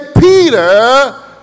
Peter